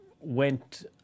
went